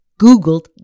Googled